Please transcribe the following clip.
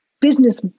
business